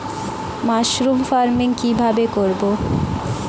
Mushroom farming কি ভাবে করব?